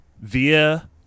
Via